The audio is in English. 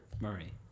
Murray